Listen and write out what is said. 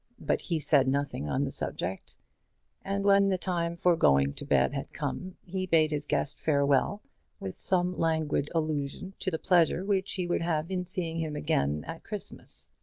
but he said nothing on the subject and when the time for going to bed had come, he bade his guest farewell with some languid allusion to the pleasure which he would have in seeing him again at christmas.